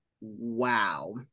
wow